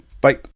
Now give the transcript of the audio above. Bye